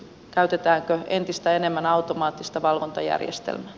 käytetäänkö entistä enemmän automaattista valvontajärjestelmää